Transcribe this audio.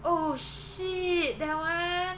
oh shit that one